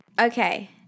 Okay